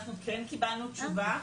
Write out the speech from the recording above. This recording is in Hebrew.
אנחנו כן קיבלנו תשובה,